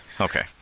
Okay